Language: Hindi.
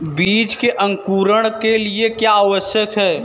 बीज के अंकुरण के लिए क्या आवश्यक है?